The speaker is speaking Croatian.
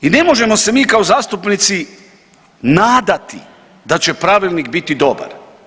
I ne možemo se mi kao zastupnici nadati da će pravilnik biti dobar.